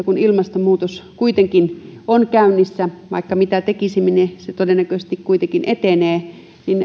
kun ilmastonmuutos kuitenkin on käynnissä vaikka mitä tekisimme se todennäköisesti kuitenkin etenee